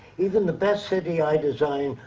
even the best city i design,